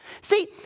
See